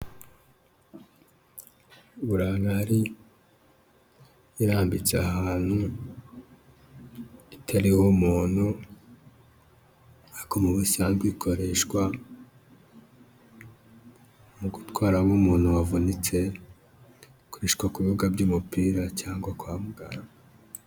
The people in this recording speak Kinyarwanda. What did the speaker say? Burankari irambitse ahantu itariho umuntu, ariko mu busanzwe ikoreshwa mu gutwaramo umuntu wavunitse, ikoreshwa ku bibuga by'umupira cyangwa kwa muganga.